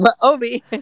Obi